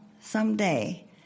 someday